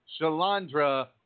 Shalandra